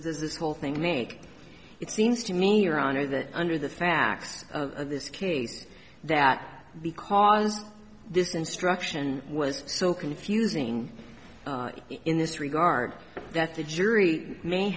this whole thing make it seems to me your honor that under the facts of this case that because this instruction was so confusing in this regard that the jury may